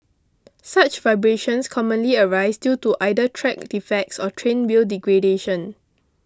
such vibrations commonly arise due to either track defects or train wheel degradation